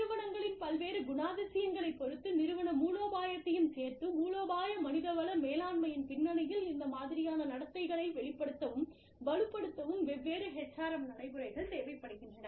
நிறுவனங்களின் பல்வேறு குணாதிசயங்களைப் பொறுத்து நிறுவன மூலோபாயத்தையும் சேர்த்து மூலோபாய மனித வள மேலாண்மையின் பின்னணியில் இந்த மாதிரியான நடத்தைகளை வெளிப்படுத்தவும் வலுப்படுத்தவும் வெவ்வேறு HRM நடைமுறைகள் தேவைப்படுகின்றன